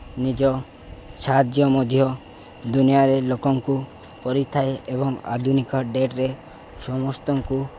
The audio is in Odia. ନିଜ ସାହାଯ୍ୟ ମଧ୍ୟ ଦୁନିଆରେ ଲୋକଙ୍କୁ କରିଥାଏ ଏବଂ ଆଧୁନିକ ଡେଟ୍ରେ ସମସ୍ତଙ୍କୁ